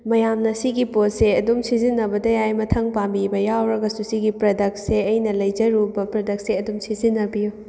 ꯃꯌꯥꯝꯅ ꯁꯤꯒꯤ ꯄꯣꯠꯁꯦ ꯑꯗꯨꯝ ꯁꯤꯖꯤꯟꯅꯕꯗ ꯌꯥꯏ ꯃꯊꯪ ꯄꯥꯝꯕꯤꯕ ꯌꯥꯎꯒꯁꯨ ꯁꯤꯒꯤ ꯄ꯭ꯔꯗꯛꯁꯦ ꯑꯩꯅ ꯂꯩꯖꯔꯨꯕ ꯄ꯭ꯔꯗꯛꯁꯦ ꯑꯗꯨꯝ ꯁꯤꯖꯤꯟꯅꯕꯤꯌꯨ